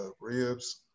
ribs